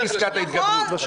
אין פסקת התגברות.